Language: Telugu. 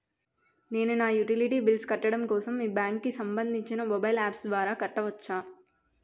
నేను నా యుటిలిటీ బిల్ల్స్ కట్టడం కోసం మీ బ్యాంక్ కి సంబందించిన మొబైల్ అప్స్ ద్వారా కట్టవచ్చా?